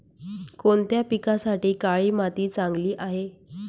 कोणत्या पिकासाठी काळी माती चांगली आहे?